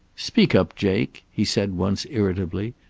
speak up, jake, he said once, irritably.